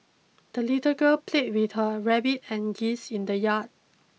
the little girl played with her rabbit and geese in the yard